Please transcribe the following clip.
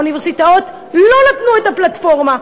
האוניברסיטאות לא נתנו את הפלטפורמות.